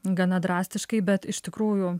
gana drastiškai bet iš tikrųjų